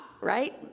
right